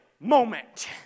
moment